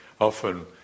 often